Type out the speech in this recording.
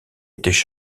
étaient